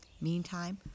Meantime